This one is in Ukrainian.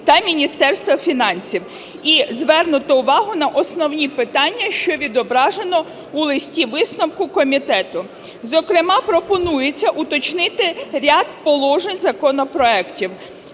та Міністерства фінансів. І звернуто увагу на основні питання, що відображено у листі-висновку комітету. Зокрема, пропонується уточнити ряд положень законопроектів.